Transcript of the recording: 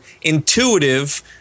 intuitive